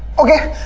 okay!